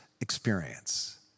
experience